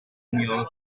annual